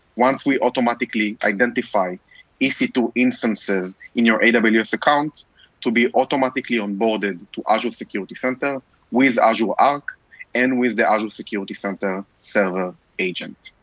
once we automatically identify e c two instances in your and but aws so account to be automatically onboarded to azure security center with azure arc and with the azure security center server agent.